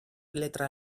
letra